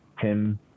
Tim